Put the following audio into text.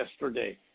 yesterday